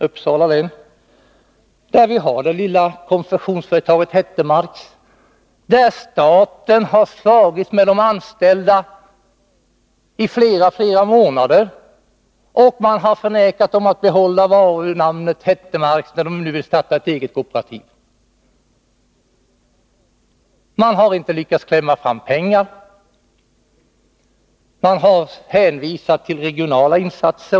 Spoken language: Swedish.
Där har vi det lilla konfektionsföretaget Hettemarks. Staten har slagits med de anställda under flera månader, och man har vägrat dem att behålla varunamnet Hettemarks när de nu ville starta ett eget kooperativ. Staten har inte lyckats klämma fram några pengar, utan man har hänvisat till regionala insatser.